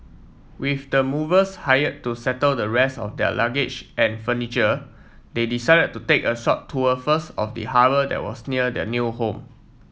with the movers hired to settle the rest of their luggage and furniture they decided to take a short tour first of the harbour that was near their new home